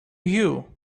you